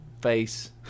face